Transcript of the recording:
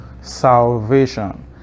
salvation